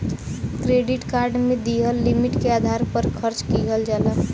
credit card में दिहल limit के आधार पर खर्च किहल जाला